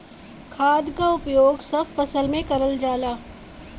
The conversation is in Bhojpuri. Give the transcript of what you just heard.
खाद क उपयोग सब फसल में करल जाला